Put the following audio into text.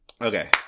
Okay